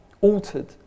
altered